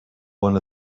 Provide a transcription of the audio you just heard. one